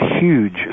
huge